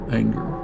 anger